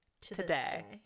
today